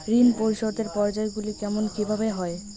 ঋণ পরিশোধের পর্যায়গুলি কেমন কিভাবে হয়?